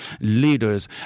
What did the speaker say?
leaders